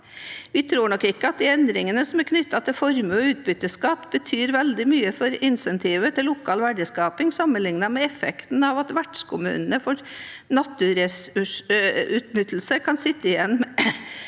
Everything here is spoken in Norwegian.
«Vi tror nok ikke at de endringene som er knyttet til formue- og utbytteskatt betyr veldig mye for insentivet til lokal verdiskaping sammenlignet med effekten av at vertskommunene for naturressursutnyttelse kan sitte igjen